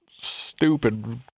stupid